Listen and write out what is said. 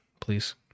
Please